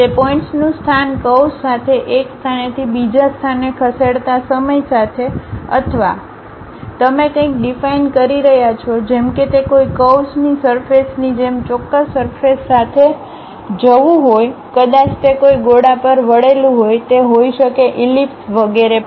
તે પોઇન્ટ્સનું સ્થાન કર્વ્સ સાથે એક સ્થાનેથી બીજા સ્થાને ખસેડતા સમય સાથે અથવા તમે કંઈક ડીફાઈન કરી રહ્યાં છો જેમ કે તે કોઈ કર્વ્સની સરફેસ ની જેમ ચોક્કસ સરફેસ સાથે જવું હોય કદાચ તે કોઈ ગોળા પર વળેલું હોય તે હોઈ શકે ઈલિપ્સ વગેરે પર